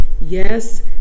Yes